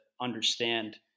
understand